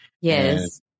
yes